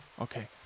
Okay